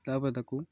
ତା' ପରେ ତାକୁ